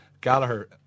Gallagher